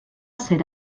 ser